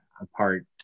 apart